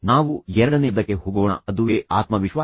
ನಾವು ಎರಡನೆಯದಕ್ಕೆ ಹೋಗೋಣ ಅದುವೇ ಆತ್ಮವಿಶ್ವಾಸ